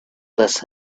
this